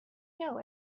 know